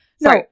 No